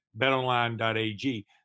betonline.ag